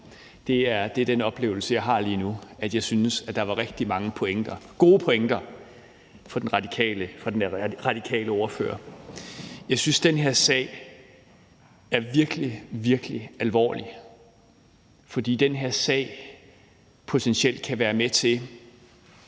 Det er den oplevelse, jeg har lige nu; jeg synes, at der var rigtig mange pointer – gode pointer – fra den radikale ordfører. Jeg synes, den her sag er virkelig, virkelig alvorlig, fordi den her sag potentielt kan være med til